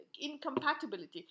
incompatibility